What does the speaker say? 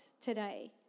today